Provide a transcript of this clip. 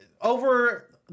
over